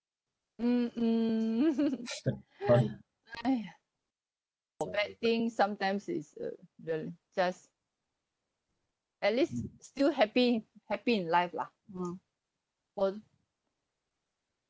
mm !aiya! bad thing sometimes is a the just at least still happy happy in life lah um own